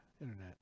Internet